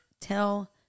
Tell